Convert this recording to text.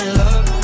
love